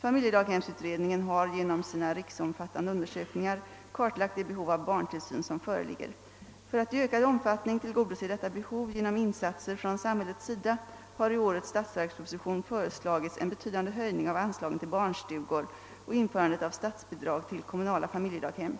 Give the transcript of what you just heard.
Familjedaghemsutredningen har genom sina riksomfattande undersökningar kartlagt det behov av barntillsyn som föreligger. För att i ökad omfattning tillgodose detta behov genom insatser från samhällets sida har i årets statsverksproposition föreslagits en betydande höjning av anslagen till barnstugor och införandet av statsbidrag till kommunala familjedaghem.